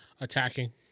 Attacking